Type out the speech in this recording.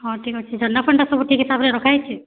ହଁ ଠିକ୍ ଅଛେ ଝଣ୍ଡାଫଣ୍ଡା ସବୁ ଠିକ୍ ହିସାବରେ ରଖାହେଇଛେ